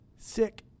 Sick